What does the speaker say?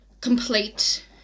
complete